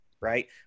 right